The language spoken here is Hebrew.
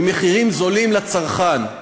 ממחירים זולים לצרכן.